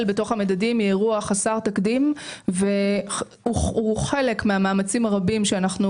בתוך המדדים היא אירוע חסר תקדים והוא חלק מהמאמצים הרבים שאנחנו